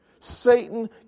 Satan